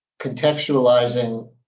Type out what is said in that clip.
contextualizing